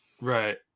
right